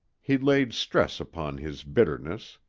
he laid stress upon his bitterness.